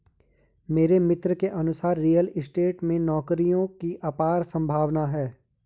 मेरे मित्र के अनुसार रियल स्टेट में नौकरियों की अपार संभावना है